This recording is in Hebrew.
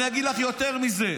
אני אגיד לך יותר מזה,